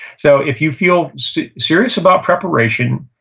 so if you feel so serious about preparation,